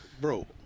bro